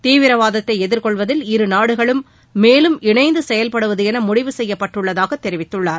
தீவிரவாதத்தை எதிர்கொள்வதில் இரு நாடுகளும் மேலும் இணைந்து செயல்படுவதென முடிவு செய்யப்பட்டுள்ளதாக தெரிவித்துள்ளார்